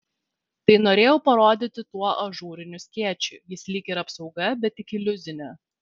tai norėjau parodyti tuo ažūriniu skėčiu jis lyg ir apsauga bet tik iliuzinė